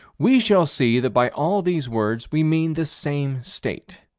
we shall see that by all these words we mean the same state.